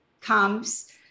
comes